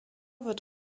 wird